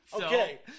Okay